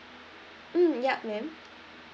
mm yup ma'am